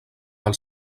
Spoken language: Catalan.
pel